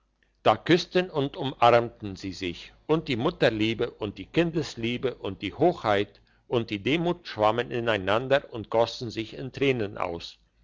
da küssten und umarmten sie sich und die mutterliebe und die kindesliebe und die hoheit und die demut schwammen ineinander und gossen sich in tränen aus